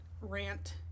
rant